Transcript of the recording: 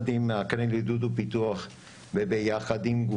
ביחד עם הקרן לעידוד ופיתוח וביחד עם